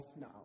now